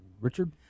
Richard